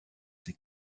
ses